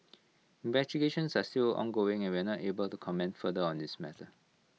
investigations are still ongoing and we are not able to comment further on this matter